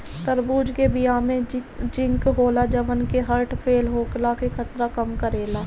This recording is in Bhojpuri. तरबूज के बिया में जिंक होला जवन की हर्ट फेल होखला के खतरा कम करेला